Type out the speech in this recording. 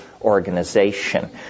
organization